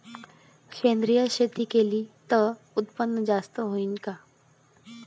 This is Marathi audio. सेंद्रिय शेती केली त उत्पन्न जास्त होईन का?